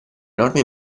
norme